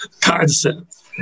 concept